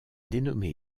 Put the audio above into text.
dénommé